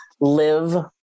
live